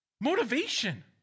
Motivation